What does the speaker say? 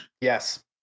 Yes